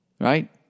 Right